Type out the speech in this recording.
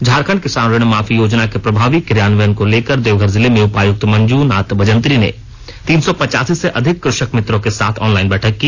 झारखंड किसान ऋण माफी योजना के प्रभावी क्रियान्वयन को लेकर देवधर जिलें में उपायुक्त मंजू नाथ भजंत्री ने तीन सौ पचासी से अधिक कृषक मित्रों के साथ ऑनलाइन बैठक की